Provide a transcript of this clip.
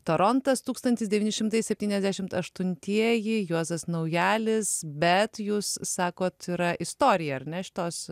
torontas tūkstantis devyni šimtai septyniasdešimt aštuntieji juozas naujalis bet jūs sakot yra istorija ar ne šitos